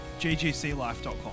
ggclife.com